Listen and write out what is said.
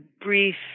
brief